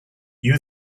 you